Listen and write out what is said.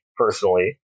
personally